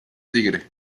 tigre